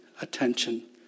attention